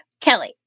Kelly